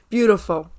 Beautiful